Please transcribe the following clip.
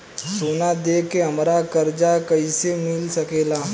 सोना दे के हमरा कर्जा कईसे मिल सकेला?